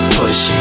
push